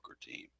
team